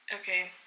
Okay